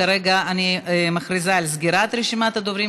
כרגע אני מכריזה על סגירת רשימת הדוברים.